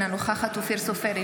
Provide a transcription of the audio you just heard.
אינה נוכחת אופיר סופר,